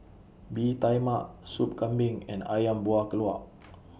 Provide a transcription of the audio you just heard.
Bee Tai Mak Soup Kambing and Ayam Buah Keluak